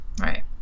right